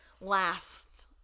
last